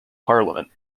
parliament